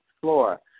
floor